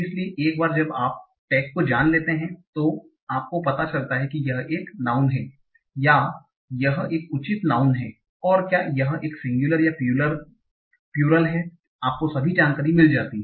इसलिए एक बार जब आप टैग को जान लेते हैं तो आपको पता चलता है कि यह एक नाउँन है या यह एक उचित नाउँन है और क्या यह एक सिंगुलर या प्लूरल है आपको सभी जानकारी मिल जाती है